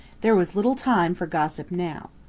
there was little time for gossip now.